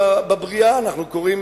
אנחנו קוראים